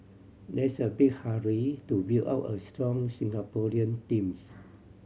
there's a big hurry to build up a strong Singaporean teams